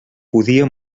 podia